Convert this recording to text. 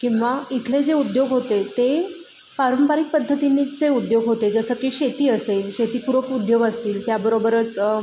किंवा इथले जे उद्योग होते ते पारंपारिक पद्धतीनीचे उद्योग होते जसं की शेती असेल शेतीपूरक उद्योग असतील त्याबरोबरच